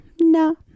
no